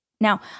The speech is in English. Now